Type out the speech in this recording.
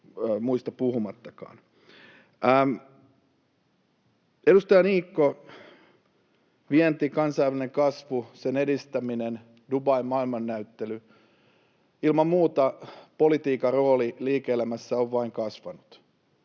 Edustaja Niikko: vienti, kansainvälinen kasvu, sen edistäminen, Dubain maailmannäyttely — ilman muuta politiikan rooli liike-elämässä on vain kasvanut.